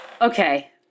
Okay